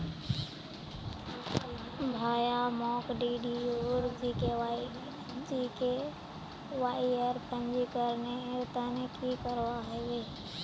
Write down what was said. भाया, मोक डीडीयू जीकेवाईर पंजीकरनेर त न की करवा ह बे